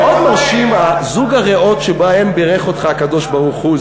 שמאוד מרשים זוג הריאות שבהן בירך אותך הקדוש-ברוך-הוא,